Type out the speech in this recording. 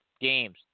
games